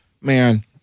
man